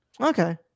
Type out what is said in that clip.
Okay